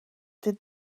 did